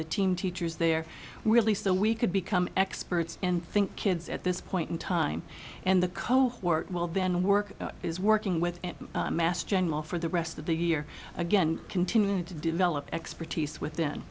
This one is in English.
the team teachers there really so we could become experts and think kids at this point in time and the cohort will then work is working with mass general for the rest of the year again continuing to develop expertise within